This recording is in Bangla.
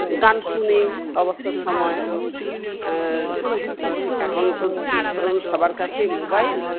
গান শুনি অবসর সময়ে এখন তো ধরুন সবার কাছেই মোবাইল